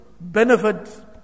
benefit